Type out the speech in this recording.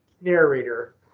narrator